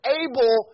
able